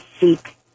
seek